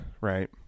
right